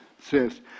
says